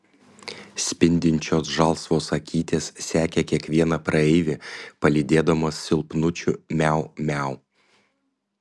spindinčios žalsvos akytės sekė kiekvieną praeivį palydėdamos silpnučiu miau miau